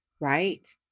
Right